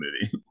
movie